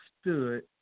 stood